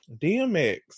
DMX